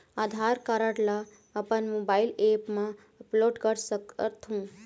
आधार card ला अपन mobile app मा अपलोड कर सकथों?